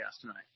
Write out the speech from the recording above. tonight